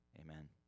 Amen